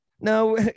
no